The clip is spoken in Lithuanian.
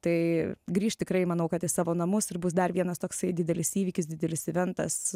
tai grįš tikrai manau kad į savo namus ir bus dar vienas toksai didelis įvykis didelis eventas